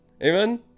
amen